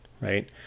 right